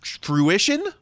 fruition